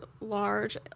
large